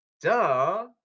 duh